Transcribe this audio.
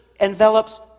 envelops